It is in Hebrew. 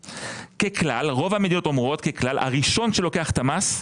ככלל רוב המדינות אומרות שהראשון שלוקח את המס,